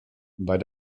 bei